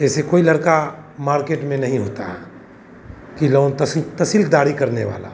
जैसे कोई लड़का मार्केट में नहीं होता है कि लोन तसिन तहसीलदारी करने वाला